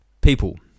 People